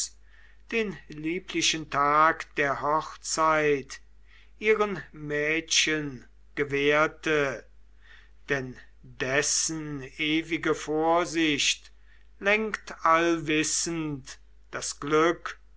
den lieblichen tag der hochzeit ihren mädchen gewährte denn dessen ewige vorsicht lenkt allwissend das glück